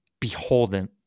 beholden